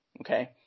Okay